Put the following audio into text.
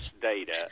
data